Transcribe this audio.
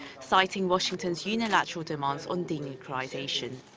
citing washington's unilateral demands on denuclearization.